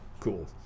cool